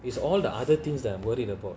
is all the other things that I'm worried about